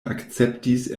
akceptis